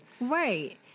Right